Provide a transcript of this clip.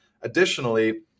Additionally